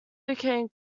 became